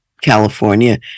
california